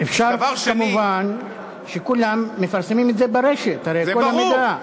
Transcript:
אפשר כמובן שכולם יפרסמו את זה ברשת, את כל המידע.